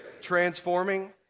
transforming